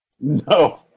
No